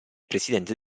presidente